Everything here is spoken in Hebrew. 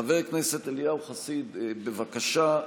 חבר הכנסת אליהו חסיד, בבקשה.